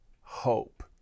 hope